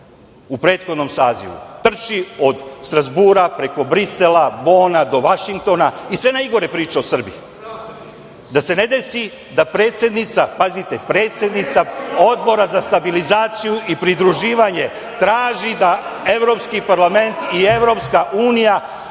u prethodnom sazivu, trči od Strazbura, preko Brisela, Bona do Vašingtona i sve najgore priča o Srbiji. Da se ne desi da predsednica, pazite predsednica Odbora za stabilizaciju i pridruživanje, traži da evropski parlament i EU uvedu